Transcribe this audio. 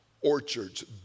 orchards